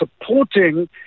supporting